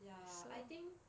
ya I think